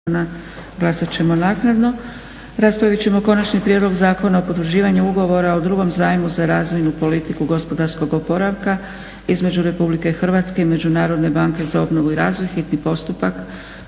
Dragica (SDP)** Raspravit ćemo: - Konačni prijedlog Zakona o potvrđivanju ugovora o drugom zajmu za razvojnu politiku gospodarskog oporavka između Republike Hrvatske i Međunarodne banke za obnovu i razvoj, hitni postupak,